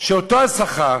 שאותו השכר,